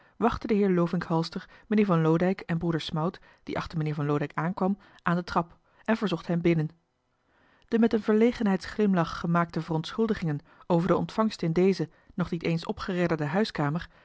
wachtte de heer lovink halster meneer van loodijck en broeder smout die achter meneer van loodijck aankwam aan de trap en verzocht hen binnen de met een verlegenheidsglimlach gemaakte verontschuldigingen over de ontvangst in deze nog niet eens opgeredderde huiskamer